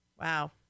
wow